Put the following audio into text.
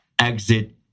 exit